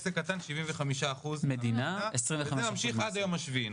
ועסק קטן 25/75 וזה ממשיך עד היום השביעי.